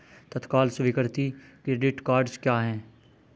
तत्काल स्वीकृति credit cards क्या हैं?